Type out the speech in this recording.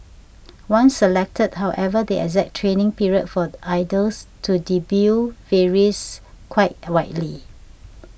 once selected however the exact training period for idols to debut varies quite widely